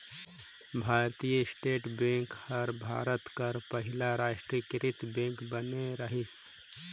भारतीय State Bank हर भारत कर पहिल रास्टीयकृत बेंक बने रहिस